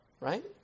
right